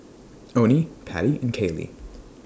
Oney Pattie and Kaylee